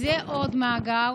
אז יהיה עוד מאגר.